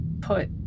put